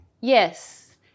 Yes